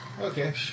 Okay